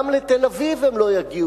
גם לתל-אביב הם לא יגיעו.